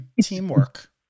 teamwork